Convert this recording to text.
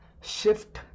shift